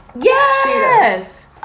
yes